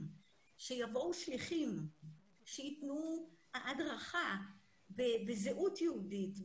שיבואו שליחים שייתנו הדרכה בזהות יהודית,